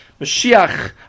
Mashiach